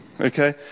Okay